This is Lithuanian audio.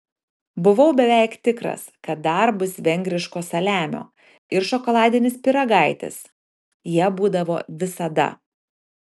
buvau beveik tikras kad dar bus vengriško saliamio ir šokoladinis pyragaitis jie būdavo visada